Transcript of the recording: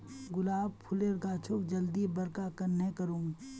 गुलाब फूलेर गाछोक जल्दी बड़का कन्हे करूम?